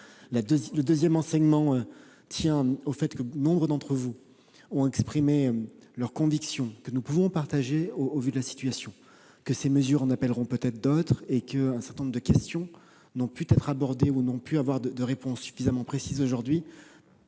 Le deuxième enseignement tient au fait que nombre d'entre vous ont exprimé la conviction, que nous pouvons partager au vu de la situation, que ces mesures en appelleront peut-être d'autres et qu'un certain nombre de questions n'ont pu trouver de réponses suffisamment précises aujourd'hui,